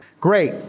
Great